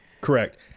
correct